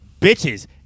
Bitches